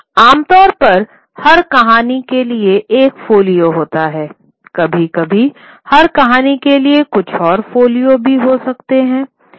आमतौर पर हर कहानी के लिए एक फोलियो होता हैं कभी कभी हर कहानी के लिए कुछ और फोलियो भी हो सकते थे